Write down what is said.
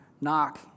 Knock